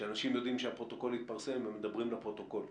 כשאנשים יודעים שהפרוטוקול יתפרסם הם מדברים לפרוטוקול.